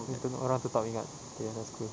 itu pun orang tetap ingat okay and that's cool